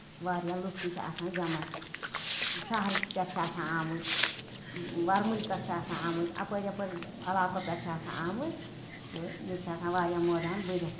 تہٕ واریاہ لُکھ تہِ چھِ آسان جمع شہرٕ پٮ۪ٹھ چھِ آسان آمٕتۍ وَرمُلۍ پٮ۪ٹھ چھِ آسان اَپٲر یِپٲرۍ علاقو پٮ۪ٹھ چھُ آسان آمٕتۍ تہٕ بیٚیہِ چھِ آسان واریاہ مٲدان بٔرِتھ